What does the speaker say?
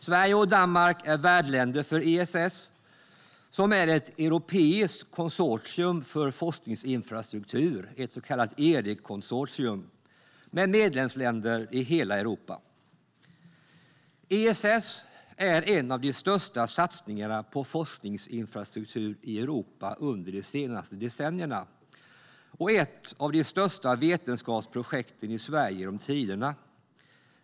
Sverige och Danmark är värdländer för ESS, som är ett europeiskt konsortium för forskningsinfrastruktur, ett så kallat Eric-konsortium, med medlemsländer i hela Europa. ESS är en av de största satsningarna på forskningsinfrastruktur i Europa under de senaste decennierna och ett av de största vetenskapsprojekten i Sverige genom tiderna.